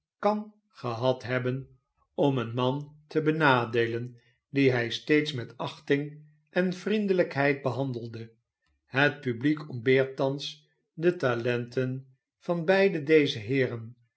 kan gehad hebben om een man te benadeelen dien hij steeds met achting en vriendelijkheid behandelde het publiek ontbeert thans de talenten van beide deze heeren